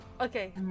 Okay